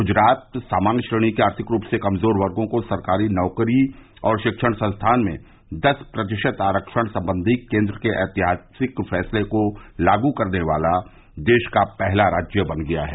गुजरात सामान्य श्रेणी के आर्थिक रूप से कमजोर वर्गो को सरकारी नौकरी और शिक्षण संस्थान में दस प्रतिशत आरक्षण सम्बंधी केन्द्र के ऐतिहासिक फैसले को लागू करना वाला पहला राज्य बन गया है